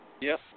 Yes